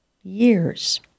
years